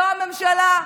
לא הממשלה,